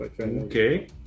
Okay